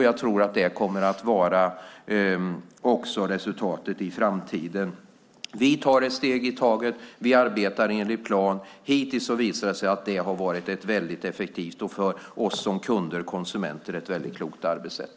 Jag tror att det också kommer att vara resultatet i framtiden. Vi tar ett steg i taget och arbetar enligt plan. Det har hittills visat sig vara ett väldigt effektivt och för oss som kunder och konsumenter klokt arbetssätt.